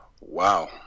Wow